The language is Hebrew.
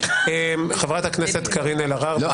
חברת הכנסת קארין אלהרר, בבקשה.